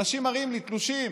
אנשים מראים לי תלושים: